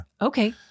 Okay